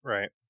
Right